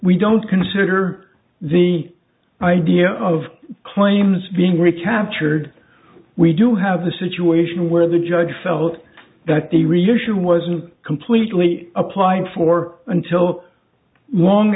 we don't consider the idea of claims being recaptured we do have a situation where the judge felt that the revision wasn't completely applied for until long